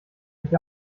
nicht